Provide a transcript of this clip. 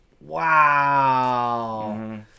Wow